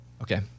Okay